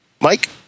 Mike